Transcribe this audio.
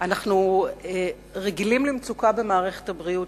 אנחנו רגילים למצוקה במערכת הבריאות,